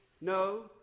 No